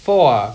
four ah